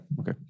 okay